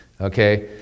Okay